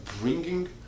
bringing